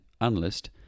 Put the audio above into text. analyst